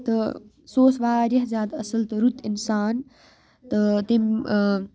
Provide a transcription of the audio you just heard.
تہٕ سُہ اوس واریاہ زیادٕ اَصٕل تہٕ رُت اِنسان تہٕ تٔمۍ